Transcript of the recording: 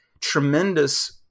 tremendous